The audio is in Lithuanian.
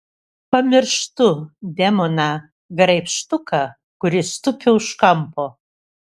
pamirštu demoną graibštuką kuris tupi už kampo